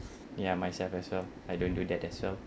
ya myself as well I don't do that as well